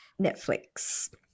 Netflix